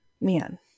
man